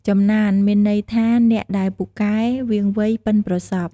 ចំណាន មានន័យថា អ្នកដែលពូកែ វាងវៃ បុិនប្រសប់ ។